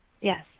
Yes